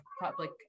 public